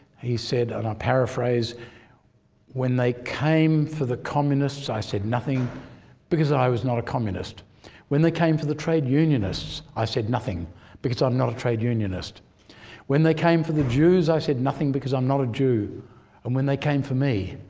he said, and i paraphrase when they came for the communists, i said nothing because i was not a communist when they came for the trade unionists, i said nothing because i'm not a trade unionist when they came for the jews, i said nothing because i'm not a jew and when they came for me,